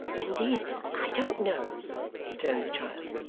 indeed i don't know returned the child.